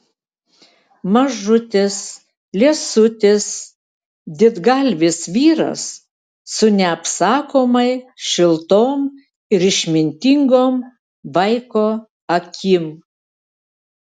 mažutis liesutis didgalvis vyras su neapsakomai šiltom ir išmintingom vaiko akim